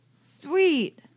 Sweet